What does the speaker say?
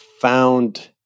found